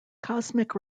cosmic